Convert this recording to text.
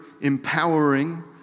empowering